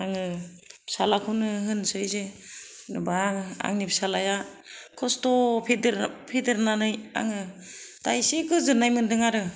आङो फिसालाखौनो होनसै जेनबा आंनि फिसालाया खस्थ' फेदेरनानै आङो दा एसे गोजोननाय मोनदों आरो